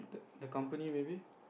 the company maybe